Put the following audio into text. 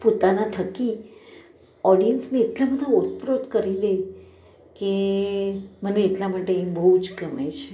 પોતાના થકી ઓડિયન્સને એટલા બધાં ઓતપ્રોત કરી દે કે મને એટલા માટે એ બહુ જ ગમે છે